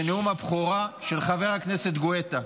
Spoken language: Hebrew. זה נאום הבכורה של חבר הכנסת גואטה.